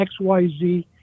XYZ